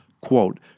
Quote